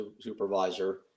supervisor